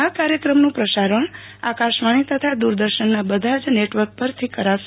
આકાર્યક્રમનું પ્રસારણ આકાશવાણી તથા દૂરદર્શનના બધા જ નેટવર્ક પરથી કરશે